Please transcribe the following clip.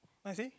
I see